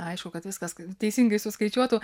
aišku kad viskas teisingai suskaičiuotų